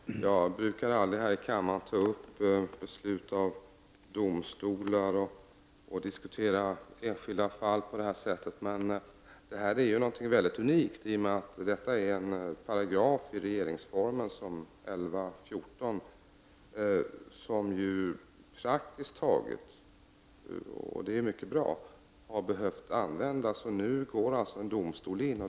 Herr talman! Jag brukar inte ta upp frågor här i kammaren som rör beslut av domstolar eller diskutera enskilda fall på detta sätt. Men det här fallet är unikt i och med att det handlar om en paragraf i regeringsformen — 11 kap. 14 §— som praktiskt taget nästan aldrig har behövt användas, och det är mycket bra. Nu går alltså en domstol in.